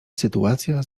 sytuacja